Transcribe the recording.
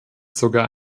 sogar